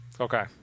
Okay